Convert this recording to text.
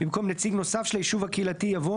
במקום "נציג נוסף של היישוב הקהילתי" יבוא